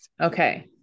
Okay